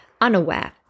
unaware